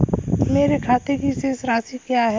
मेरे खाते की शेष राशि क्या है?